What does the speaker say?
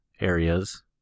areas